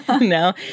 no